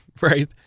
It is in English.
right